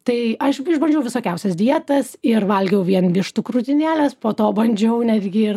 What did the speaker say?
tai aš išbandžiau visokiausias dietas ir valgiau vien vištų krūtinėles po to bandžiau netgi ir